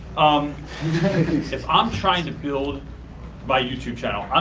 um if i'm trying to build my youtube channel,